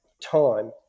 time